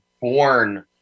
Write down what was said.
born